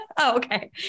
Okay